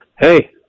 Hey